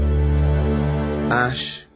Ash